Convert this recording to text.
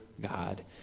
God